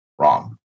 wrong